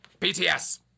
pts